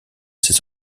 ses